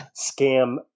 Scam